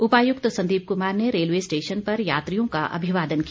उपायुक्त संदीप कुमार ने railway station पर यात्रियों का अभिवादन किया